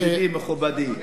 ידידי, מכובדי,